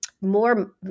more